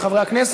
להביא תוצאה.